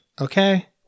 Okay